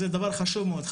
זה דבר חשוב מאוד.